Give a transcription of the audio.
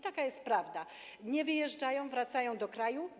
Taka jest prawda, nie wyjeżdżają, wracają do kraju.